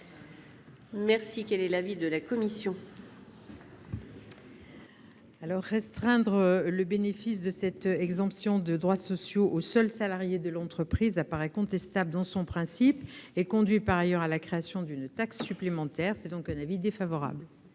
! Quel est l'avis de la commission spéciale ? Restreindre le bénéfice de cette exemption de droits sociaux aux seuls salariés de l'entreprise paraît contestable dans son principe, et conduirait par ailleurs à la création d'une taxe supplémentaire. La commission spéciale